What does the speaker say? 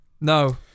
No